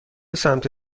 سمت